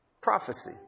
prophecy